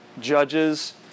judges